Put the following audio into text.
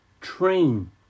train